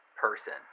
person